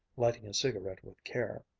lighting a cigarette with care.